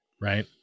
Right